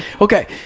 Okay